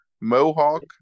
Mohawk